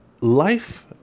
life